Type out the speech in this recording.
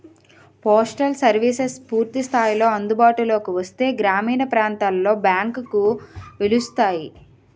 postal services పూర్తి స్థాయిలో అందుబాటులోకి వస్తే గ్రామీణ ప్రాంతాలలో బ్యాంకులు వెలుస్తాయి